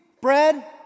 Bread